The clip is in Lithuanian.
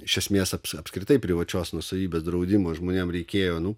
iš esmės aps apskritai privačios nuosavybės draudimo žmonėm reikėjo nu